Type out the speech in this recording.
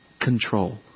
control